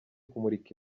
kumurika